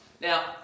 Now